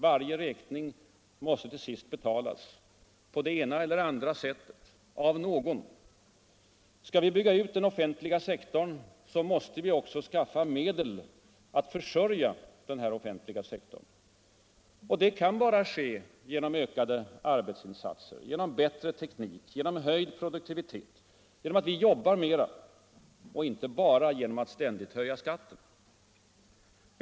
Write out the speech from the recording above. Varje räkning måste till sist betalas av någon på det ena eller andra sättet. Skall vi bygga ut den offentliga sektorn, måste vi också skaffa medel att försörja den här offentliga sektorn. Och det kan bara ske genom ökade arbetsinsatser, genom bättre teknik, genom höjd produktivitet — inte genom att ständigt höja skatten.